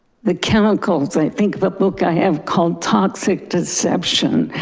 the chemicals, i think of a book i have called toxic deception,